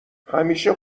همیشه